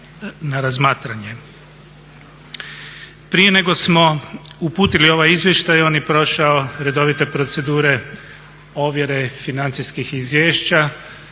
na razmatranje. Prije nego smo uputili ovaj izvještaj on je prošao redovite procedure, ovjere, financijskih izvješća,